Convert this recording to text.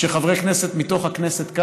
כשחברי כנסת מתוך הכנסת,